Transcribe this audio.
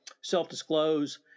self-disclose